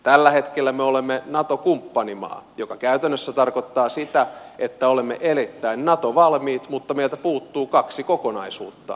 tällä hetkellä me olemme nato kumppanimaa mikä käytännössä tarkoittaa sitä että olemme erittäin nato valmiit mutta meiltä puuttuu kaksi kokonaisuutta